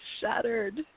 shattered